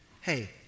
hey